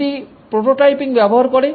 এটি প্রোটোটাইপিং ব্যবহার করে